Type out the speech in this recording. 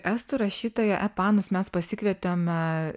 estų rašytoją epanus mes pasikvietėme